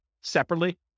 separately